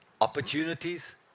opportunities